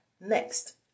Next